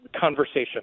conversation